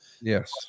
Yes